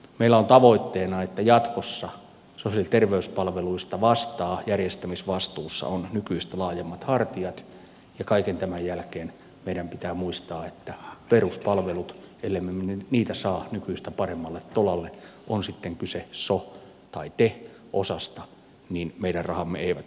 meillä on tavoitteena että jatkossa sosiaali ja terveyspalveluista järjestämisvastuussa ovat nykyistä laajemmat hartiat ja kaiken tämän jälkeen meidän pitää muistaa että ellemme me peruspalveluja saa nykyistä paremmalle tolalle on sitten kyse so tai te osasta niin meidän rahamme eivät tule riittämään